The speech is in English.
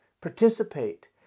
Participate